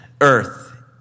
earth